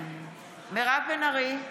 בהצבעה מירב בן ארי,